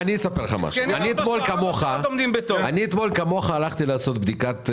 אני אתמול כמוך הלכתי לעשות בדיקת אנטיגן.